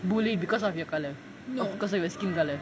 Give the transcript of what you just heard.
bullied because of your colour because of your skin colour